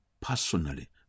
personally